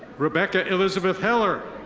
rebecca elizabeth heller.